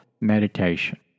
meditation